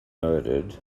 murdered